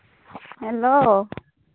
hello